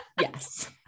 Yes